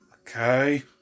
Okay